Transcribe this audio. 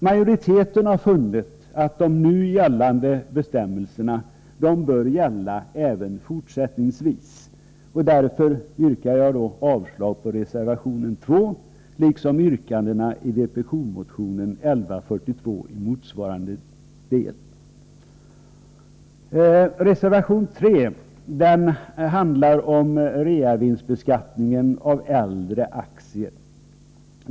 Majoriteten har funnit att de nu gällande bestämmelserna bör gälla även fortsättningsvis, och därför yrkar jag avslag på reservation 2 liksom på yrkandena i vpk-motionen 1142 i motsvarande del. Reservation 3 handlar om reavinstbeskattningen av äldre aktier.